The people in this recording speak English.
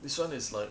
this one is like